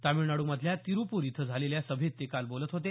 तामिळनाड्रमधल्या तिरुप्र इथं झालेल्या सभेत ते काल बोलत होते